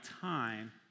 time